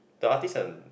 the artist um